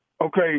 Okay